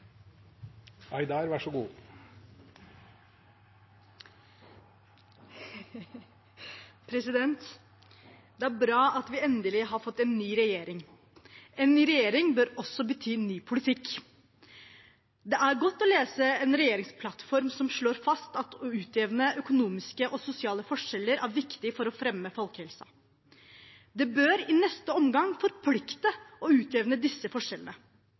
endelig har fått en ny regjering. En ny regjering bør også bety ny politikk. Det er godt å lese en regjeringsplattform som slår fast at det å utjevne økonomiske og sosiale forskjeller er viktig for å fremme folkehelsen. Det bør i neste omgang forplikte til å utjevne disse forskjellene.